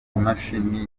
imashini